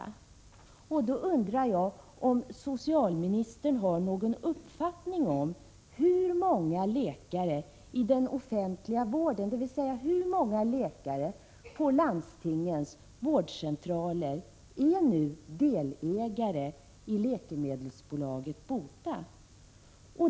Då undrar SA OST ES z kocÖr å ; ev ; nomisk vinning för läjag om socialministern har någon uppfattning om hur många läkare i den EE ; Nr ;£ kare vid förskrivning offentliga vården, dvs. hur många läkare på landstingens vårdcentraler, som = av läkemedel nu är delägare i läkemedelsbolaget BOTA.